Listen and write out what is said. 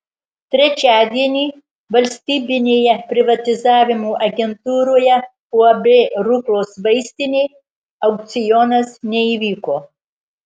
trečiadienį valstybinėje privatizavimo agentūroje uab ruklos vaistinė aukcionas neįvyko